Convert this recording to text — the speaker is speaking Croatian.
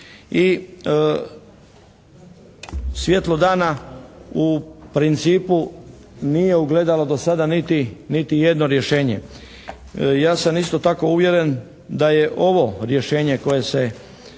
I svjetlo dana u principu nije ugledalo do sada niti jedno rješenje. Ja sam isto tako uvjeren da je ovo rješenje koje se